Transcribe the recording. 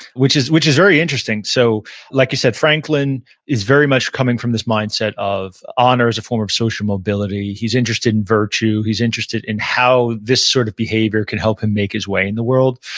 which is which is very interesting. so like you said, franklin is very much coming from this mindset of honor as a form of social mobility. he's interested in virtue. he's interested in how this sort of behavior can help him make his way in the world.